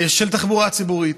של תחבורה ציבורית,